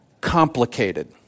complicated